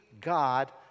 God